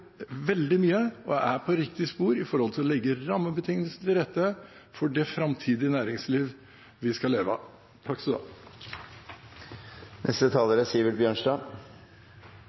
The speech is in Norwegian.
veldig mye og er på riktig spor når det gjelder å legge rammebetingelsene til rette for det framtidige næringsliv vi skal leve av.